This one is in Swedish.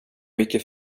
mycket